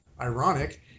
ironic